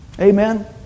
Amen